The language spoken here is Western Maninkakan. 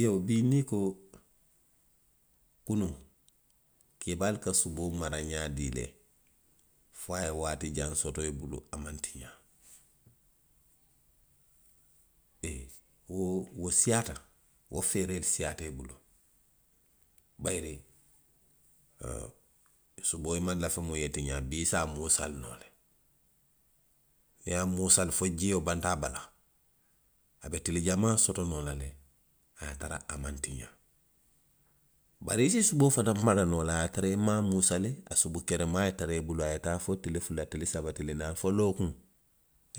Iyoo. bii niŋ nko kunuŋ, keebaalu ka suboo mara ňaadii le? Fo a ye waati jaŋ soto i bulu, a maŋ tiňaa. Mee, wolu, wo siiyaata, wo feeree siiyaata i bulu, bayiri. ooo suboo i maŋ lafi muŋ ye tiňaa. bii i se a muusali noo le. Niŋ i ye a muusali fo jio banta a bala. a be tili jamaa soto noo la le, a. a a maŋ tiňaa. Bari i si suboo fanaŋ mara noo le a ye a tara i maŋ a musaali a subu keremaa ye tara i bulu, a ye taa fo tili fula, tili saba, tili naani, fo lookuŋ.